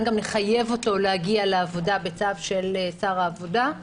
גם לחייב אותו להגיע לעבודה בצו של שר העבודה.